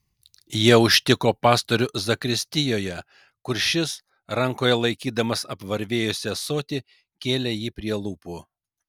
jie užtiko pastorių zakristijoje kur šis rankoje laikydamas apvarvėjusį ąsotį kėlė jį prie lūpų